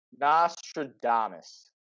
Nostradamus